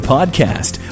Podcast